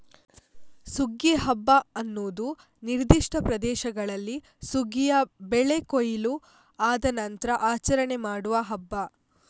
ಸುಗ್ಗಿ ಹಬ್ಬ ಅನ್ನುದು ನಿರ್ದಿಷ್ಟ ಪ್ರದೇಶಗಳಲ್ಲಿ ಸುಗ್ಗಿಯ ಬೆಳೆ ಕೊಯ್ಲು ಆದ ನಂತ್ರ ಆಚರಣೆ ಮಾಡುವ ಹಬ್ಬ